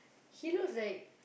he looks like